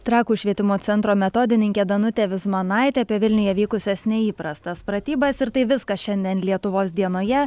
trakų švietimo centro metodininkė danutė vizmanaitė apie vilniuje vykusias neįprastas pratybas ir tai viskas šiandien lietuvos dienoje